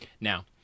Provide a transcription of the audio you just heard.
Now